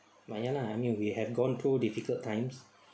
but ya lah I mean we have gone through difficult times